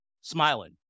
smiling